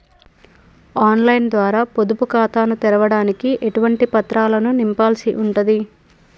On line ద్వారా పొదుపు ఖాతాను తెరవడానికి ఎటువంటి పత్రాలను నింపాల్సి ఉంటది?